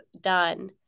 done